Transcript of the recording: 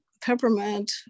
peppermint